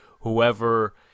whoever